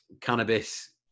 cannabis